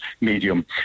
medium